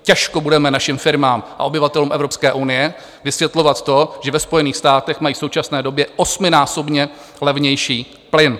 Těžko budeme našim firmám a obyvatelům Evropské unie vysvětlovat to, že ve Spojených státech mají v současné době osminásobně levnější plyn.